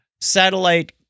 satellite